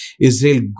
Israel